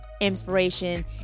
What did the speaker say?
inspiration